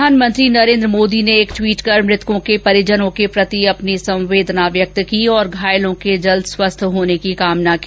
प्रधानमंत्री नरेन्द्र मोदी ने एक ट्वीट कर मृतकों के परिजनों के प्रति अपनी संवेदना व्यक्त की और घायलों के जल्द स्वस्थ होने की कामना की